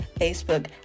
Facebook